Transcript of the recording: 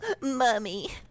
Mommy